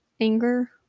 anger